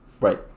right